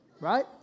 right